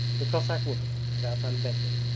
the cossack woman, without unbending,